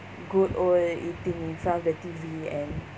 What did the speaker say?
good over eating in front of the T_V and